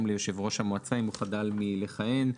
ליושב ראש המועצה אם הוא חדל מלכהן.